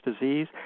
disease